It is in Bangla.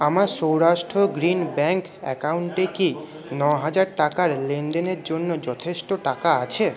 আমার সৌরাষ্ট্র গ্রীন ব্যাংক অ্যাকাউন্টে কি নহাজার টাকার লেনদেনের জন্য যথেষ্ট টাকা আছে